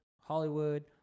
Hollywood